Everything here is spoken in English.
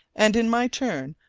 and, in my turn,